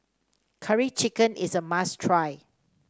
Curry Chicken is a must try